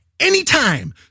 Anytime